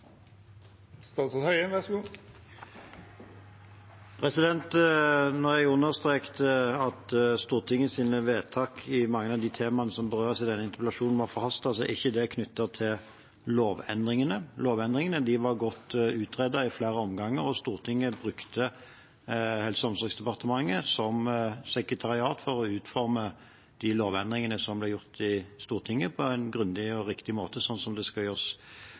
interpellasjonen, var forhastet, var det ikke knyttet til lovendringene. Lovendringene var godt utredet i flere omganger, og Stortinget brukte Helse- og omsorgsdepartementet som sekretariat for å utforme de lovendringene som ble gjort i Stortinget, på en grundig og riktig måte, slik det skal gjøres.